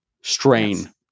strain